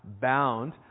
bound